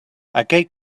aquell